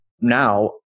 now